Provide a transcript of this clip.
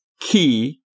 key